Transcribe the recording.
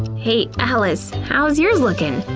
hey alice, how's yours looking?